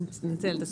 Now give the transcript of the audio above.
אני מתנצלת,